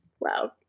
Wow